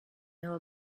know